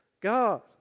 God